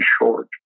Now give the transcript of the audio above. short